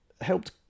helped